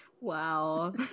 Wow